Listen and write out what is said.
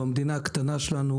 במדינה הקטנה שלנו,